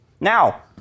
Now